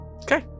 Okay